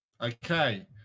okay